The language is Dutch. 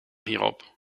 hierop